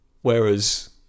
Whereas